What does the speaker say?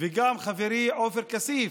וגם חברי עופר כסיף,